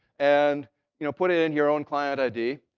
and you know put it in your own client id.